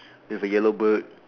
with a yellow bird